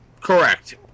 Correct